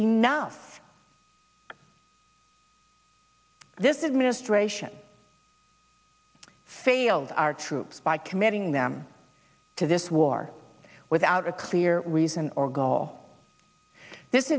enough this is ministration failed our troops by committing them to this war without a clear reason or goal this